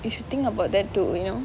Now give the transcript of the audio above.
if you think about that too you know